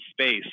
space